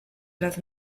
las